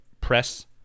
press